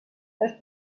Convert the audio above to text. les